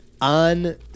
on